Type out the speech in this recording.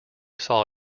saw